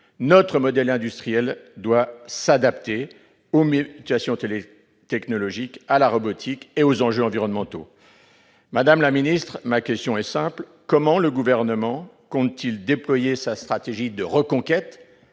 Notre modèle industriel doit s'adapter aux mutations technologiques, à la robotique et aux enjeux environnementaux. Madame la secrétaire d'État, comment le Gouvernement compte-t-il déployer sa stratégie de reconquête